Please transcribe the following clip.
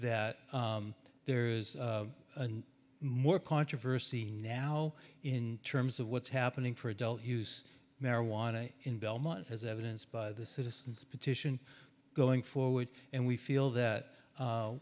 that there is more controversy now in terms of what's happening for adult use marijuana in belmont as evidenced by the citizens petition going forward and we feel that